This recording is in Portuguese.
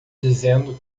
dizendo